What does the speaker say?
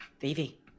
Vivi